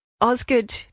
Osgood